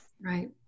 Right